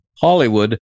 Hollywood